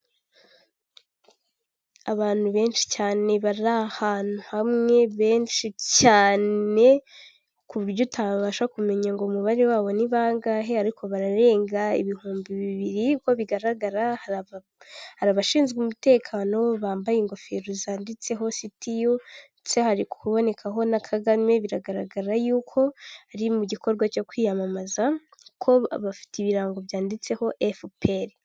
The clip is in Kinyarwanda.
Abantu benshi cyane bari ahantu hamwe ,benshi cyane, ku buryo utabasha kumenya ngo umubare wabo ni bangahe, ariko bararenga ibihumbi bibiri ko bigaragara, hari abashinzwe umutekano bambaye ingofero zanditseho CTU, hari kubonekaho na kagame, biragaragara yuko ari mu gikorwa cyo kwiyamamaza, ko abafite ibirango byanditseho FPR.